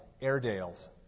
Airedales